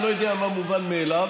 אני לא יודע מה מובן מאליו.